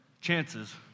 chances